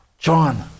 John